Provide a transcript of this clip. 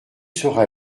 sera